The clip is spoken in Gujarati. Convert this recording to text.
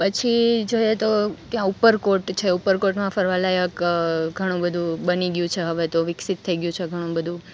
પછી જોઈએ તો ત્યાં ઉપર કોટ છે ઉપર કોટમાં ફરવા લાયક ઘણું બધું બની ગયું છે હવે તો વિકસિત થઈ ગયું છે ઘણું બધું